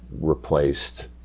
replaced